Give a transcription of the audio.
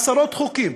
עשרות חוקים,